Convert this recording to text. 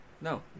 No